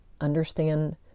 understand